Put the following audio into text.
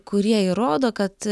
kurie įrodo kad